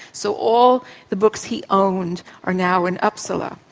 so all the books he owned are now in uppsala.